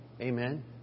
Amen